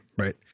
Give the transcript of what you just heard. Right